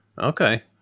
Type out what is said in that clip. Okay